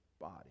body